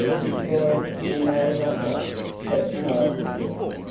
imploring we know not what, said the sorrowful bush.